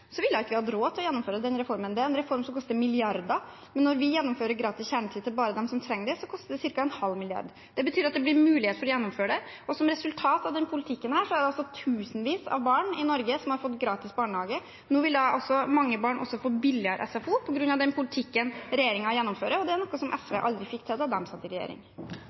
ikke hatt råd til å gjennomføre den reformen. Det er en reform som koster milliarder. Når vi gjennomfører gratis kjernetid til bare dem som trenger det, koster det ca. en halv milliard kroner. Det betyr at det blir mulighet til å gjennomføre det, og som resultat av denne politikken er det tusenvis av barn i Norge som har fått gratis barnehage. Nå vil mange barn få billigere SFO på grunn av den politikken regjeringen gjennomfører, og det er noe SV aldri fikk til da de satt i regjering.